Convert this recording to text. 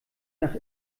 nach